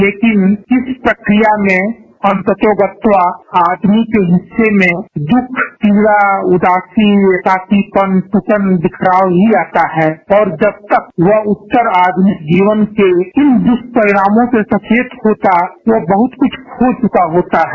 लेकिन इस प्रक्रिया में अन्तोगत्वा आदमी के हिस्से में दुख पीड़ा उदासीपन घुटन बिखराव ही आता है और जब तक वह उठकर आपकी जीवन के इन दुष्परिणों से सचेत होता है वह बहुत कुछ खो चुका होता है